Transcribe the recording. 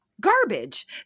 garbage